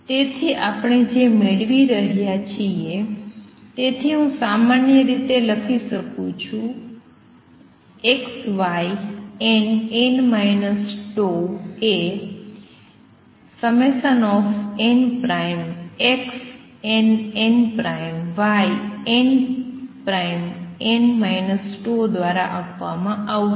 તેથી આપણે જે મેળવી રહ્યા છીએ તેથી હું સામાન્ય રીતે લખી શકું છું X Y nn τ એ nXnnYnn τ દ્વારા આપવામાં આવશે